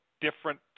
different